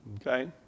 okay